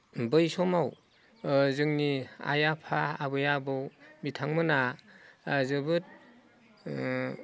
बै समाव जोंनि आइ आफा आबै आबौ बिथांमोना जोबोद